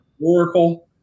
Oracle